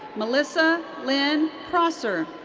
melissa lynn prosser.